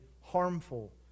harmful